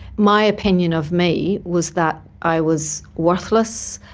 my opinion of me was that i was worthless,